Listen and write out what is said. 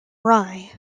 rye